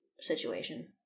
situation